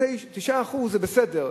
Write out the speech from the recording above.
זאת אומרת 9% זה בסדר,